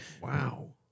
Wow